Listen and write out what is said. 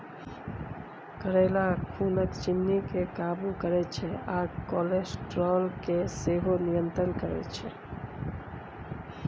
करेला खुनक चिन्नी केँ काबु करय छै आ कोलेस्ट्रोल केँ सेहो नियंत्रित करय छै